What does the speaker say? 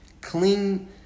clean